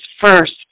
first